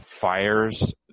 fires